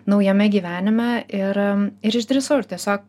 naujame gyvenime ir ir išdrįsau ir tiesiog